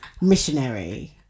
missionary